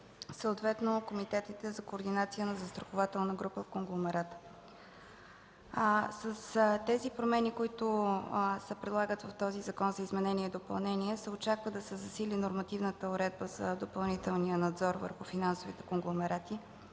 съответно комитетите за координация на застрахователна група конгломерат. С промените, които се предлагат в този Закон за изменение и допълнение, се очаква да се засили нормативната уредба за допълнителния надзор върху финансовите конгломерати,